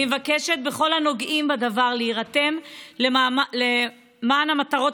אני מבקשת מכל הנוגעים לדבר להירתם למען המטרות